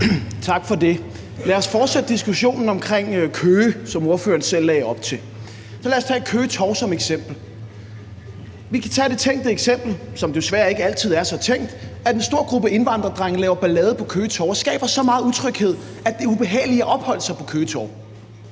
Tak for det. Lad os fortsætte diskussionen om Køge, som ordføreren selv lagde op til. Lad os tage Køge Torv som eksempel. Vi kan tage det tænkte eksempel, som desværre ikke altid er så tænkt, at en stor gruppe indvandrerdrenge laver ballade på Køge Torv og skaber så meget utryghed, at det er ubehageligt at opholde sig på Køge